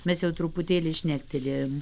mes jau truputėlį šnektelėjom